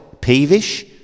Peevish